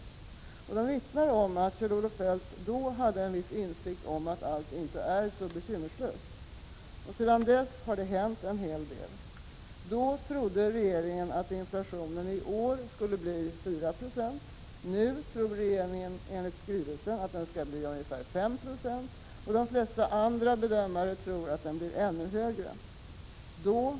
De vittnar om att Kjell-Olof Feldt då hade en viss insikt om att allt inte är så bekymmerslöst. Sedan dess har det hänt en hel del. Då trodde regeringen att inflationen i år skulle bli 4 96. Nu tror regeringen, enligt skrivelsen, att den blir ungefär 5 96, och de flesta andra bedömare tror att den blir ännu större.